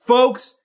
Folks